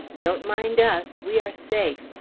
don't mind us! we are safe.